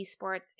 esports